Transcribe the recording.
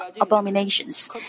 abominations